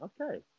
Okay